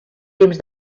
temps